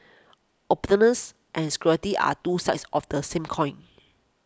openness and security are two sides of the same coin